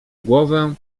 głowę